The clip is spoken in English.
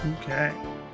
Okay